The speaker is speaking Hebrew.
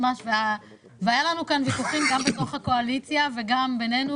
והיו לנו ויכוחים גם בתוך הקואליציה וגם בינינו,